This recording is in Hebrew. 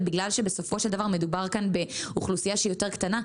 בגלל שבסופו של דבר מדובר כאן באוכלוסייה יותר קטנה,